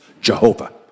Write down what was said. Jehovah